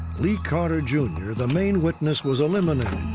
lee carter, jr, the main witness, was eliminated.